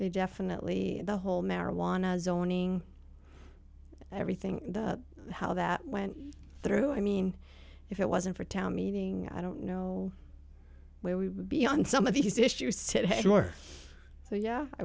they definitely the whole marijuana zoning everything how that went through i mean if it wasn't for town meeting i don't know where we be on some of these issues said sure so yeah i